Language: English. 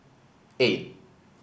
eight